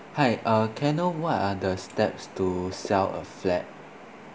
hi uh can I know what are the steps to sell a flat